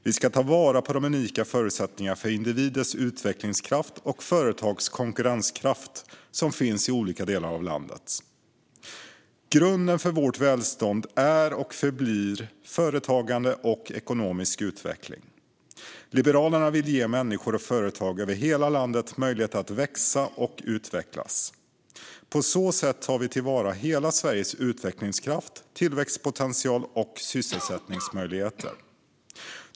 Vi ska ta vara på de unika förutsättningar för individers utvecklingskraft och företags konkurrenskraft som finns i olika delar av landet. Grunden för vårt välstånd är och förblir företagande och ekonomisk utveckling. Liberalerna vill ge människor och företag över hela landet möjligheter att växa och utvecklas. På så sätt tar vi till vara hela Sveriges utvecklingskraft, tillväxtpotential och sysselsättningsmöjligheter.